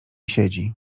siedzi